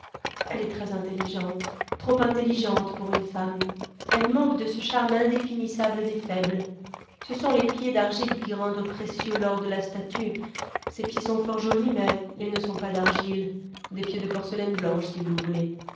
elle est très intelligente trop intelligente pour une femme elle manque de ce charme indéfinissable des faibles ce sont les pieds d'argile qui rendent précieux l'or de la statue ses pieds sont fort jolis mais ils ne sont pas d'argile des pieds de porcelaine blanche si vous voulez